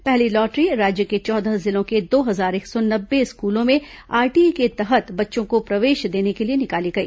पहली लॉट्ररी राज्य के चौदह जिलों के दो हजार एक सौ नब्बे स्कूलों में आरटीई के तहत बच्चों को प्रवेश देने के लिए निकाली गई